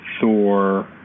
Thor